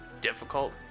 difficult